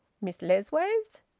miss lessways?